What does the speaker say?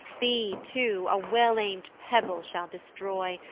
thee too a well-aim'd pebble shall destroy,